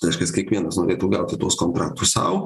reiškias kiekvienas norėtų gauti tuos kontraktus sau